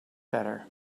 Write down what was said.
better